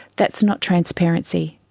that's not transparency.